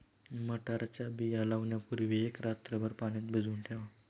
मटारच्या बिया लावण्यापूर्वी एक रात्रभर पाण्यात भिजवून ठेवा